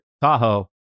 Tahoe